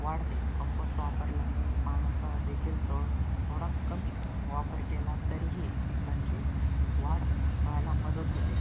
वाढते कंपोस्ट वापरल्याने पाण्याचादेखील थोडा थोडा कमी वापर केला तरीही पिकांची वाढ व्हायला मदत होते